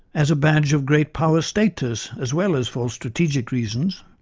as a badge of great power status as well as for strategic reasons.